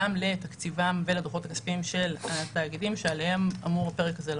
גם לתקציבם ולדוחות הכספיים של התאגידים שעליהם אמור הפרק הזה לחול.